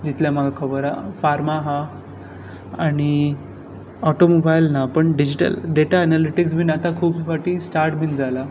जितले म्हाका खबर आसा फार्मां आसा आनी ऑटोमोबायल ना पूण डिजीटल डेटा एनालिटिक्स बी खूब पाटी स्टार्ट बी जालां